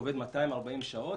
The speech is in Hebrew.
הוא עובד 240 שעות,